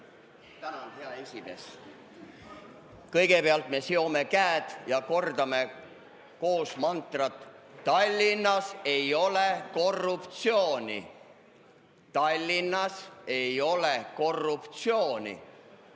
Tänan, hea esimees! Kõigepealt me seome käed ja kordame koos mantrat: Tallinnas ei ole korruptsiooni, Tallinnas ei ole korruptsiooni,